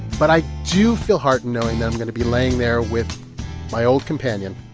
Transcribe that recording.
but i do feel heartened knowing that i'm going to be laying there with my old companion,